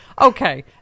okay